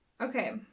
okay